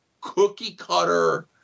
cookie-cutter